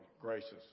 gracious